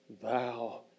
Thou